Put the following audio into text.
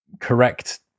correct